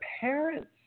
parents